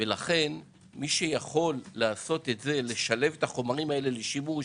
לכן מי שיכול לשלב את החומרים האלה לשימוש